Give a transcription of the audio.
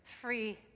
free